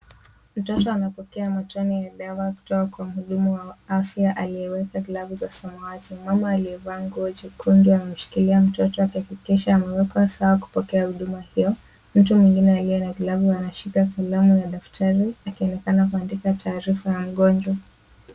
Mtoto anapokea matone ya dawa kutoka kwa mhudumu wa afya aliyeweka glavu za samawati. Mama aliyevaa nguo jekundu anamshikilia mtoto akihakikisha amewekwa sawa kupokea huduma hio. Mtu mwengine aliye na glavu anashika kalamu na daftari, akionekana kuandika taarifa ya mgonjwa.